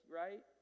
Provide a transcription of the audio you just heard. right